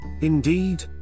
indeed